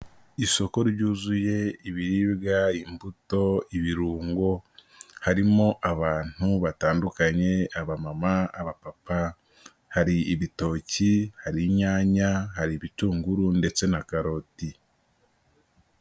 Isoko ryuzuye ibiribwa, imbuto, ibirungo, harimo abantu batandukanye, abamama, abapapa hari ibitoki, hari inyanya, hari ibitunguru ndetse na karoti.